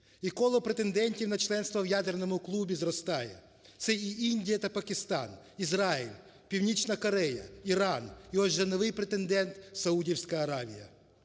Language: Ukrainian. І коло претендентів на членство в ядерному клубі зростає. Це і Індія та Пакистан, Ізраїль, Північна Корея, Іран, і ось вже новий претендент - Саудівська Аравія.